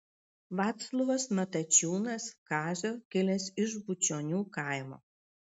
vaclovas matačiūnas kazio kilęs iš bučionių kaimo